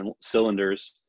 cylinders